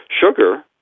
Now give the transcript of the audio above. Sugar